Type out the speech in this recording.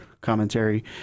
commentary